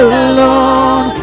alone